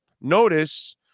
Notice